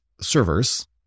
servers